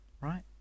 right